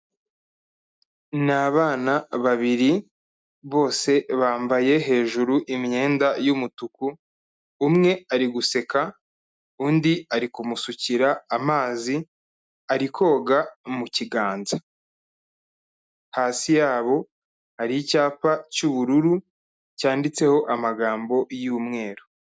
Ni abana babiri. Bose bambaye hejuru imyenda y'umutuku, umwe ari guseka, undi ari kumusukira amazi, ari koga mu kiganza. Hasi yabo, hari icyapa cy'ubururu, cyanditseho amagambo y'umweru.